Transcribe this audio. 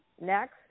Next